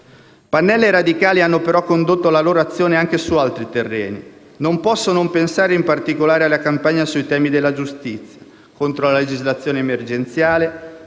Pannella e i radicali hanno però condotto la loro azione anche su altri terreni. Non posso non pensare, in particolare, alle campagne sui temi della giustizia: contro la legislazione emergenziale,